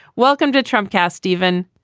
welcome to trump cast, stephen.